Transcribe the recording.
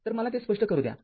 तर मला ते स्पष्ट करू द्या